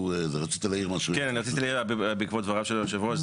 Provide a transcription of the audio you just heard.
רציתי להעיר בעקבות דבריו של היושב ראש.